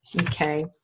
Okay